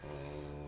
ah